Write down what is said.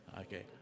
Okay